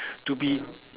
to be